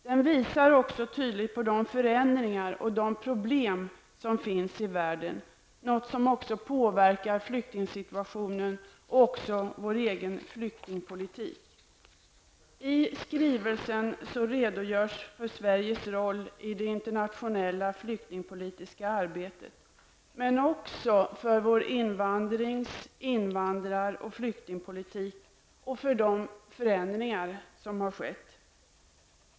Den visar också tydligt på de förändringar och problem som finns i världen och som påverkar flyktingsituationen och vår egen flyktingpolitik. I skrivelsen redogörs för Sveriges roll i det internationella flyktingpolitiska arbetet. Det redogörs också för vår invandrings-, invandrar och flyktingpolitik och för de förändringar som har skett.